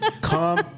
Come